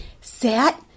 set